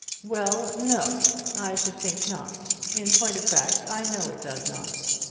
well, no i should think not. in point of fact i know it does not.